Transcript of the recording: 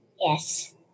Yes